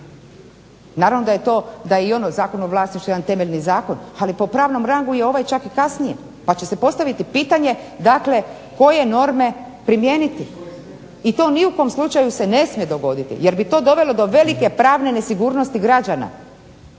Naravno da je to, da je i ono Zakon o vlasništvu jedan temeljni zakon, ali po pravnom rangu je ovaj čak i kasnije pa će se postaviti pitanje dakle koje norme primijeniti? I to ni u kom slučaju se ne smije dogoditi jer bi to dovelo do velike pravne nesigurnosti građana